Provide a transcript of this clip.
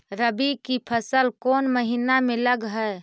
रबी की फसल कोन महिना में लग है?